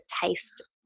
taste